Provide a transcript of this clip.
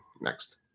Next